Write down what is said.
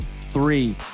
three